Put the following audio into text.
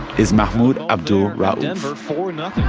is mahmoud abdul-rauf denver, four and